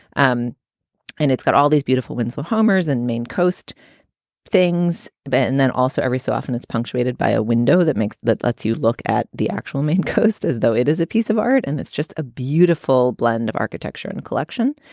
um and it's got all these beautiful winslow hammers and main coast things then and then also every so often it's punctuated by a window that makes that lets you look at the actual main coast as though it is a piece of art. and it's just a beautiful blend of architecture and collection.